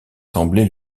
sembler